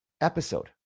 episode